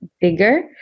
bigger